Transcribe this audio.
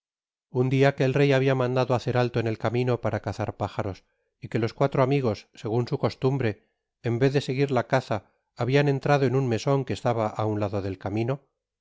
un dia que el rey habia mandado hacer alio en el camino para cazar pájaros y que los cuatro amigos segun su costumbre en vez de seguir la caza habian entrado en un meson que estaba á un lado del camino